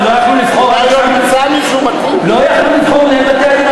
הם לא יכלו לבחור, אולי לא נמצא מישהו מתאים.